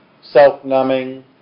self-numbing